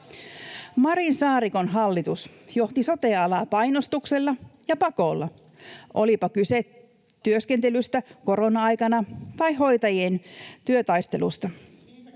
Marinin—Saarikon hallitus johti sote-alaa painostuksella ja pakolla, olipa kyse työskentelystä korona-aikana tai hoitajien työtaistelusta.